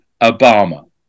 Obama